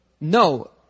no